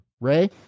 Ray